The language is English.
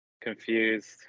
confused